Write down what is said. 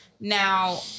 Now